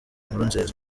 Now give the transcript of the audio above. nkurunziza